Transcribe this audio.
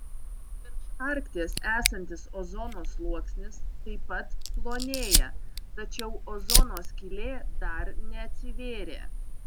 virš arkties esantis ozono sluoksnis taip pat plonėja tačiau ozono skylė dar neatsivėrė